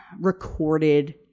recorded